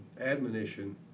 admonition